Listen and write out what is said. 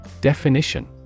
Definition